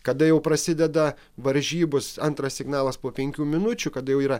kada jau prasideda varžybos antras signalas po penkių minučių kada jau yra